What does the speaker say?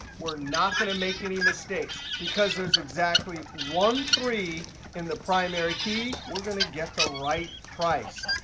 we're not going to make any mistakes. because there's exactly one three in the primary key, we're going to get the right price.